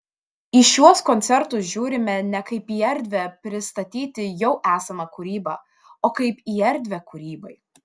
į šiuos koncertus žiūrime ne kaip į erdvę pristatyti jau esamą kūrybą o kaip į erdvę kūrybai